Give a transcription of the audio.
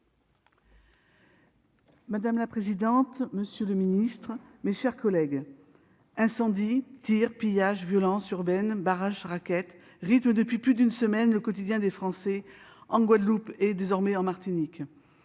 Madame la présidente, monsieur le ministre, mes chers collègues, incendies, tirs, pillages, violences urbaines, barrages et rackets rythment depuis plus d'une semaine le quotidien des Français en Guadeloupe et, désormais, en Martinique.